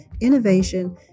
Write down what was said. innovation